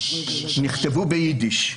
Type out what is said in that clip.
נכתבו ביידיש.